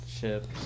chips